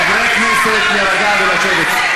חברי הכנסת, להירגע ולשבת.